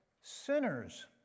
sinners